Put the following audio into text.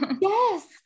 yes